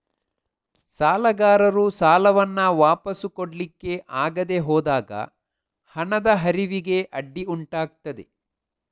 ಸಾಲಗಾರರು ಸಾಲವನ್ನ ವಾಪಸು ಕೊಡ್ಲಿಕ್ಕೆ ಆಗದೆ ಹೋದಾಗ ಹಣದ ಹರಿವಿಗೆ ಅಡ್ಡಿ ಉಂಟಾಗ್ತದೆ